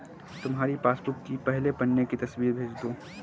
तुम्हारी पासबुक की पहले पन्ने की तस्वीर भेज दो